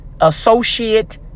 associate